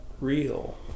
real